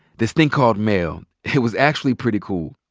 this thing called mail, it was actually pretty cool.